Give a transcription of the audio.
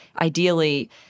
ideally